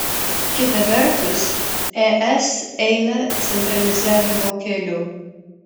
kita vertus es eina centralizavimo keliu